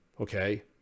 Okay